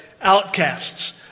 outcasts